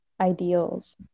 ideals